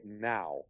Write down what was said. now